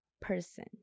person